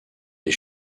les